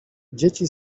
dzieci